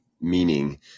meaning